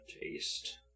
taste